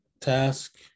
task